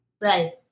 Right